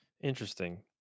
Interesting